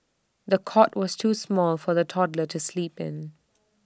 the cot was too small for the toddler to sleep in